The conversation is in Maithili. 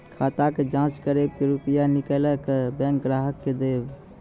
खाता के जाँच करेब के रुपिया निकैलक करऽ बैंक ग्राहक के देब?